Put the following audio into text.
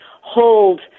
hold